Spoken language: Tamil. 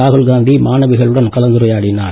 ராகல் காந்தி மாணவிகளுடன் கலந்துரையாடினார்